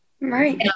Right